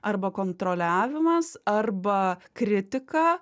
arba kontroliavimas arba kritika